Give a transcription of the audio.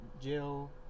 Jill